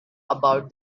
about